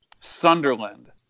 Sunderland